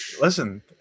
Listen